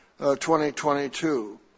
2022